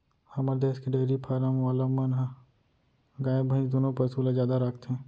हमर देस के डेरी फारम वाला मन ह गाय भईंस दुनों पसु ल जादा राखथें